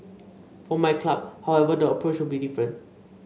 for my club however the approach will be different